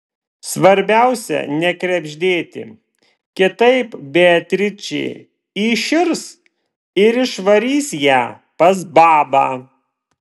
svarbiausia nekrebždėti kitaip beatričė įširs ir išvarys ją pas babą